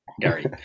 Gary